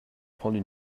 prendre